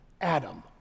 Adam